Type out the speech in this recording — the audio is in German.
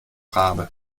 rabe